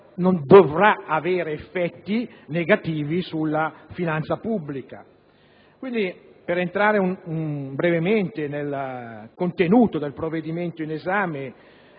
non dovrà avere effetti negativi sulla finanza pubblica.